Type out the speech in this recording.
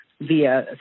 via